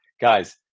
Guys